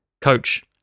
Coach